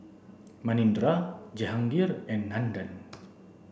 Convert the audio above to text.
Manindra Jehangirr and Nandan